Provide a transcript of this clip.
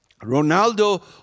Ronaldo